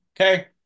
Okay